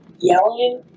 yelling